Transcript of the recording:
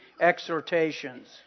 exhortations